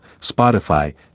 Spotify